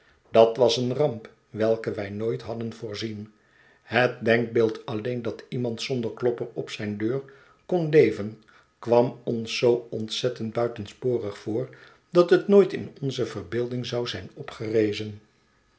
dat was een ramp welke wij nooit had den voorzien het denkbeeld alleen dat iemand zonder klopper op zijn deur kon leven kwam ons zoo ontzettend buitensporig voor dat het nooit in onze verbeelding zou zijn opgerezen